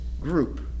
group